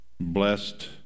blessed